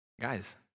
guys